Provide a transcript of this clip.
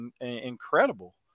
incredible